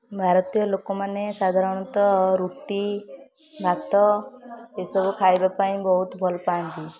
ଭାରତୀୟ ଲୋକମାନେ ସାଧାରଣତଃ ରୁଟି ଭାତ ଏସବୁ ଖାଇବା ପାଇଁ ବହୁତ ଭଲପାଆନ୍ତି